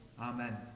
Amen